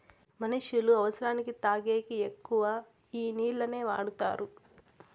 మనుష్యులు అవసరానికి తాగేకి ఎక్కువ ఈ నీళ్లనే వాడుతారు